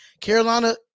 Carolina